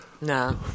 No